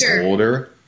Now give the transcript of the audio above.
older